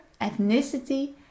ethnicity